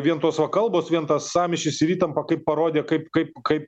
vien tos va kalbos vien tas sąmyšis ir įtampa kaip parodė kaip kaip kaip